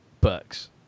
bucks